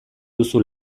duzu